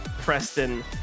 Preston